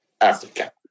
Africa